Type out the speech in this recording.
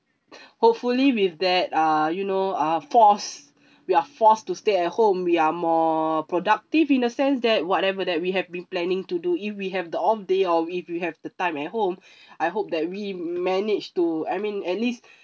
hopefully with that uh you know uh force we are forced to stay at home we are more productive in a sense that whatever that we have been planning to do if we have the all day or if we have the time at home I hope that we managed to I mean at least